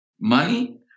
money